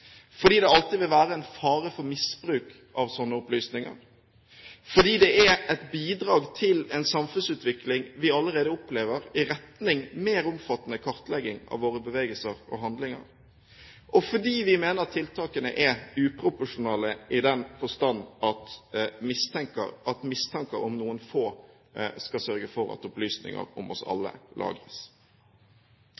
fordi det alltid vil være en fare for misbruk av sånne opplysninger, fordi det er et bidrag til en samfunnsutvikling vi allerede opplever i retning mer omfattende kartlegging av våre bevegelser og handlinger, og fordi vi mener at tiltakene er uproporsjonale i den forstand at mistanke til noen få, skal sørge for at opplysninger om oss